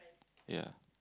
ya